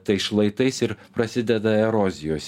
tais šlaitais ir prasideda erozijos